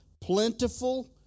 plentiful